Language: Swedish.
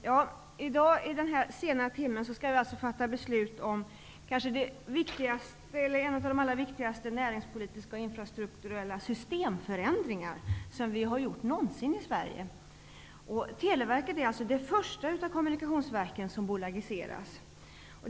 Herr talman! Denna sena timme skall vi alltså fatta beslut om en av de allra viktigaste näringspolitiska och infrastrukturella systemförändringarna någonsin i Sverige. Televerket är det första kommunikationsverket som bolagiseras.